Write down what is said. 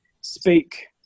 speak